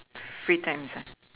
free times ah